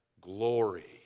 glory